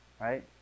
Right